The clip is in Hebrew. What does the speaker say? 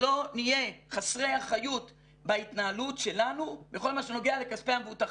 שלא נהיה חסרי אחריות בהתנהלות שלנו בכל מה שנוגע לכספי המבוטחים,